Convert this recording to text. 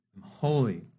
holy